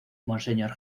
monseñor